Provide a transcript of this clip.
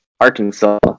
Arkansas